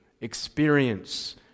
Experience